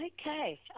Okay